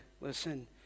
listen